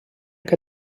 que